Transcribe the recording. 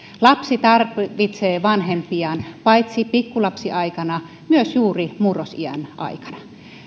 lapsi tarvitsee vanhempiaan paitsi pikkulapsiaikana myös juuri murrosiän aikana